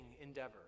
endeavor